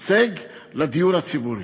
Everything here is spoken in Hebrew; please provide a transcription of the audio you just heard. הישג לדיור הציבורי.